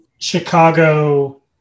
Chicago